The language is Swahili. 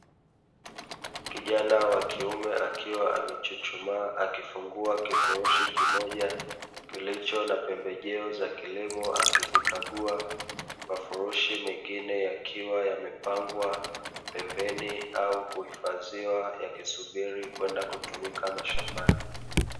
Kijana wa kiume akiwa amechuchumaa akifungua kifurushi kimoja, kilicho na pembejeo za kilimo akizikagua, mafurushi mengine yakiwa yamepangwa pembeni au kuhifadhiwa, yakisubiri kwenda kutumika mashambani.